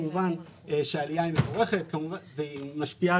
כמובן שהעלייה היא מבורכת והיא משפיעה